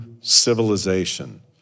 civilization